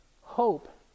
hope